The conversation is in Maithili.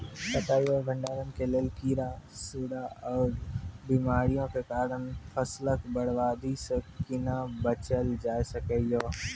कटाई आर भंडारण के लेल कीड़ा, सूड़ा आर बीमारियों के कारण फसलक बर्बादी सॅ कूना बचेल जाय सकै ये?